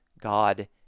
God